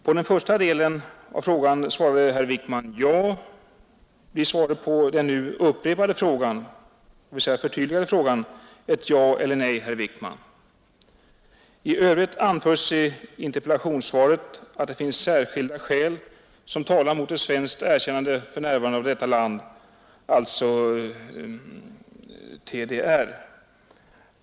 På den första delen av frågan svarade herr Wickman ”ja” — blir svaret på den nu förtydligade frågan ett ja eller ett nej, herr Wickman? I övrigt anföres i interpellationssvaret att det finns ”särskilda skäl”, som talar emot ett svenskt erkännande för närvarande av DDR.